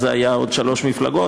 אז זה עוד היה שלוש מפלגות.